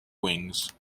wings